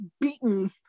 beaten